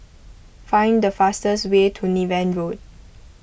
find the fastest way to Niven Road